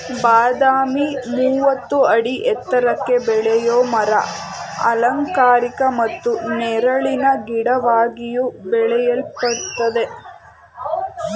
ಬಾದಾಮಿ ಮೂವತ್ತು ಅಡಿ ಎತ್ರಕ್ಕೆ ಬೆಳೆಯೋ ಮರ ಅಲಂಕಾರಿಕ ಮತ್ತು ನೆರಳಿನ ಗಿಡವಾಗಿಯೂ ಬೆಳೆಯಲ್ಪಡ್ತದೆ